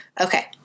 Okay